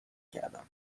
کردم